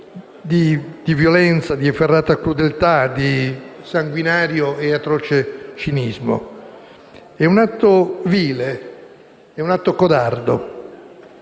di violenza, di efferata crudeltà, di sanguinario e atroce cinismo: è un atto vile, codardo.